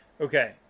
Okay